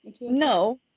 No